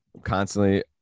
constantly